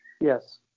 Yes